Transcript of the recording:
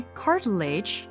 cartilage